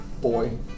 boy